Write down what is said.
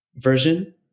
version